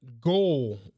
goal